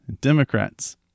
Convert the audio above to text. Democrats